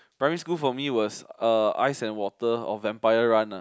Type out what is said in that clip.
primary school for me was uh ice and water or vampire run ah